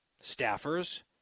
staffers